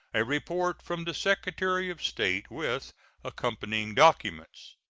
a report from the secretary of state, with accompanying documents.